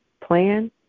plan